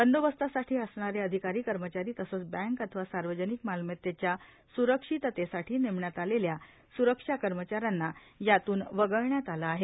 बंदोबस्तासाठी असणारे अधिकारीए कर्मचारी तसंच बँक अथवा सार्वजनिक मालमत्तेच्या स्रक्षिततेसाठी नेमण्यात आलेल्या स्रक्षा कर्मचाऱ्यांना यातून वगळण्यात आलं आहे